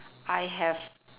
I have